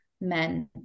men